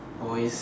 always